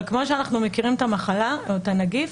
אבל כמו שאנחנו מכירים את המחלה או את הנגיף,